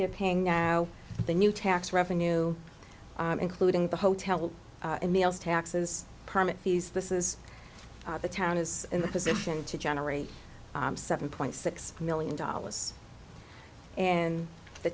they're paying now the new tax revenue including the hotel and meals taxes permit fees this is the town is in the position to generate seven point six million dollars and the